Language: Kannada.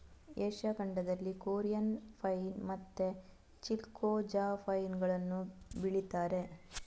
ಏಷ್ಯಾ ಖಂಡದಲ್ಲಿ ಕೊರಿಯನ್ ಪೈನ್ ಮತ್ತೆ ಚಿಲ್ಗೊ ಜಾ ಪೈನ್ ಗಳನ್ನ ಬೆಳೀತಾರೆ